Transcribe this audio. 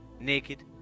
naked